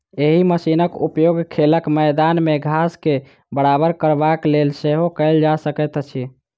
एहि मशीनक उपयोग खेलक मैदान मे घास के बराबर करबाक लेल सेहो कयल जा सकैत अछि